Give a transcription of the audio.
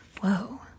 Whoa